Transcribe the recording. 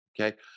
Okay